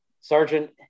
sergeant